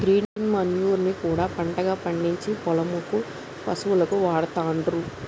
green manure ని కూడా పంటగా పండిచ్చి పొలం కు పశువులకు వాడుతాండ్లు